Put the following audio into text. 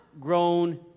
grown